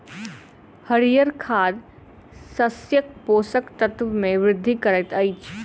हरीयर खाद शस्यक पोषक तत्व मे वृद्धि करैत अछि